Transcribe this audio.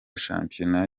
shampiyona